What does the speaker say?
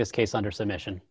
this case under submission